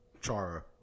Chara